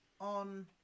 On